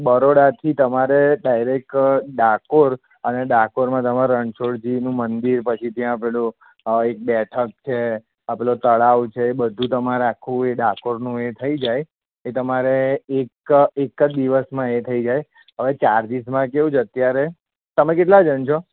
બરોડાથી તમારે ડાયરેક ડાકોર અને ડાકોરમાં તમાર રણછોડજીનું મંદિર પછી ત્યાં પેલું એક બેઠક છે આ પેલું તળાવ છે એ બધું તમારે આખું એ ડાકોરનું એ થઇ જાય એ તમારે એક એક જ દિવસમાં એ થઈ જાય અવે ચાર્જિસમાં કેવું છે અત્યારે તમે કેટલા જણ છો